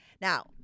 Now